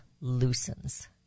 loosens